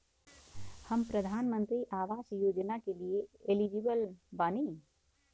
हम प्रधानमंत्री आवास योजना के लिए एलिजिबल बनी?